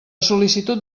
sol·licitud